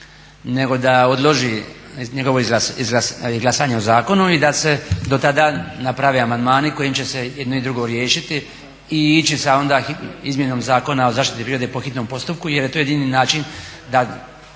nego da odloži glasanje o zakonu i da se dotada naprave amandmani kojim će se jedno i drugo riješiti i ići sa onda izmjenom Zakona o zaštiti prirode po hitnom postupku jer je to jedini način da